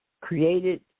created